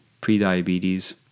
pre-diabetes